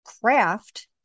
craft